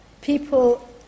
people